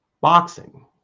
Boxing